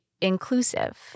inclusive